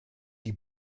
die